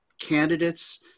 candidates